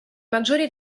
maggiori